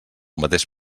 mateix